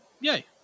Yay